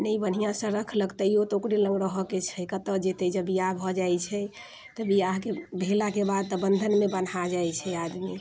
ने बढ़िआँसँ रखलक तइयो तऽ ओकरे लग रहऽके छै कतऽ जेतै जब बियाह भऽ जाइ छै तऽ बियाहके भेलाके बाद तऽ बन्धनमे बन्हा जाइ छै आदमी